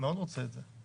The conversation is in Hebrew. מאוד רוצה את זה.